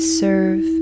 serve